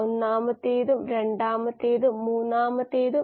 ഊർജ്ജ നിലയെ സംബന്ധിച്ചിടത്തോളം ഇത് കുറച്ചുകൂടി നേരെയായി പോകുന്നു